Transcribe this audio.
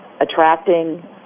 attracting